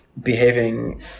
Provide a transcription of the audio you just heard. behaving